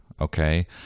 Okay